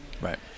Right